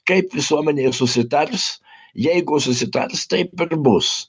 kaip visuomenėje susitars jeigu susitars taip ir bus